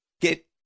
get